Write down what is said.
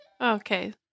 Okay